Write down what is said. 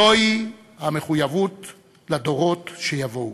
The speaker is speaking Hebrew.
זוהי המחויבות לדורות שיבואו.